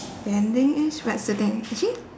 standingish but sitting actually